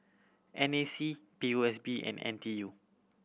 N A C P O S B and N T U